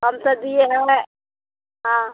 हम तो दिए हैं हाँ